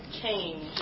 change